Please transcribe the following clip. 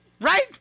right